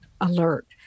alert